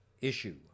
issue